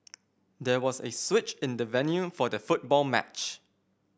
there was a switch in the venue for the football match